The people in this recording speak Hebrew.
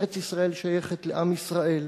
ארץ-ישראל שייכת לעם ישראל,